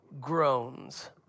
groans